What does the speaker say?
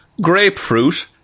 grapefruit